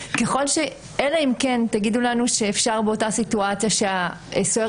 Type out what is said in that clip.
אלא אם כן תגידו לנו שאפשר באותה סיטואציה שהסוהר